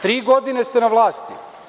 Tri godine ste na vlasti.